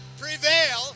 prevail